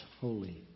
holy